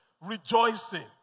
rejoicing